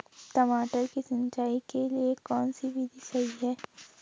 मटर की सिंचाई के लिए कौन सी विधि सही है?